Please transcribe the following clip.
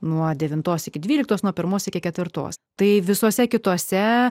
nuo devintos iki dvyliktos nuo pirmos iki ketvirtos tai visose kitose